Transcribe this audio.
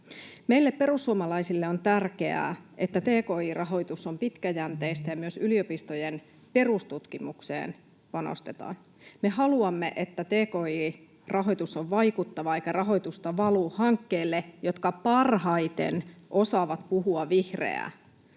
Meille perussuomalaisille on tärkeää, että tki-rahoitus on pitkäjänteistä ja myös yliopistojen perustutkimukseen panostetaan. Me haluamme, että tki-rahoitus on vaikuttavaa eikä rahoitusta valu hankkeille, jotka parhaiten osaavat puhua vihreää.